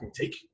take